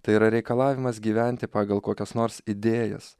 tai yra reikalavimas gyventi pagal kokias nors idėjas